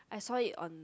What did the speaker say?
I saw it on